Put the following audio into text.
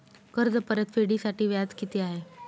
कर्ज परतफेडीसाठी व्याज किती आहे?